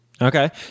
Okay